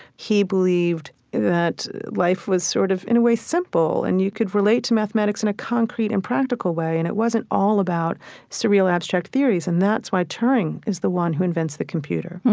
he believed that life was sort of, in a way, simple. and you could relate to mathematics in a concrete and practical way. and it wasn't all about surreal, abstract theories. and that's why turing is the one who invents the computer,